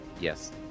Yes